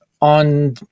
on